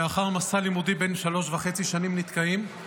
לאחר מסע לימודי בן שלוש וחצי שנים נתקעים,